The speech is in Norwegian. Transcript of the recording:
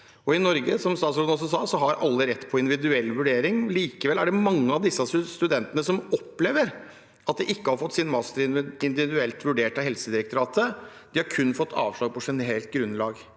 i Norge rett til individuell vurdering. Likevel er det mange av disse studentene som opplever at de ikke har fått sin master individuelt vurdert av Helsedirektoratet. De har kun fått avslag på generelt grunnlag.